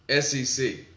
SEC